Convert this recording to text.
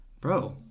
bro